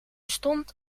stond